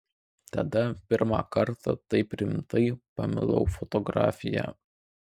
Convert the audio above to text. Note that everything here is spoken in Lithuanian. tada pirmą kartą taip rimtai pamilau fotografiją